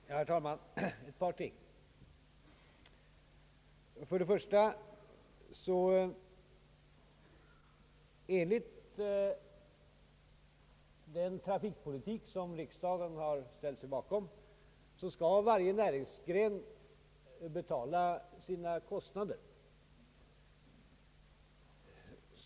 Herr talman! Jag vill framhålla ett par ting. Först och främst skall enligt den trafikpolitik, som riksdagen ställt sig bak om, varje näringsgren betala sina kostnader.